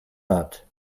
not